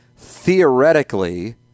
theoretically